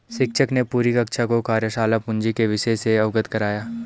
शिक्षक ने पूरी कक्षा को कार्यशाला पूंजी के विषय से अवगत कराया